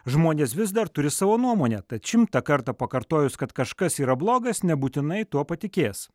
žmonės vis dar turi savo nuomonę tad šimtą kartą pakartojus kad kažkas yra blogas nebūtinai tuo patikės